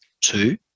Two